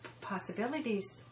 possibilities